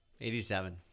87